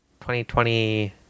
2020